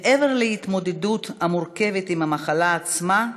מעבר להתמודדות המורכבת עם המחלה עצמה,